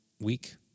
week